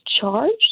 charged